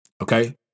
Okay